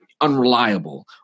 unreliable